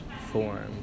form